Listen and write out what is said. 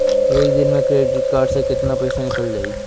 एक दिन मे क्रेडिट कार्ड से कितना पैसा निकल जाई?